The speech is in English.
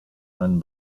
run